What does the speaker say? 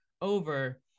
over